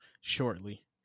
shortly